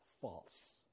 false